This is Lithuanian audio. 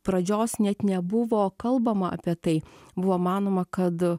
pradžios net nebuvo kalbama apie tai buvo manoma kad